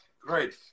great